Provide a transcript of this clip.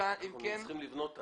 אנחנו צריכים לבנות אותן.